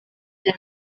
rya